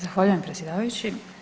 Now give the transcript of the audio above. Zahvaljujem predsjedavajući.